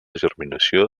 germinació